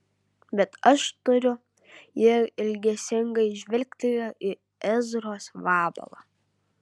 bet aš turiu ji ilgesingai žvilgtelėjo į ezros vabalą